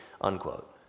unquote